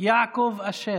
יעקב אשר.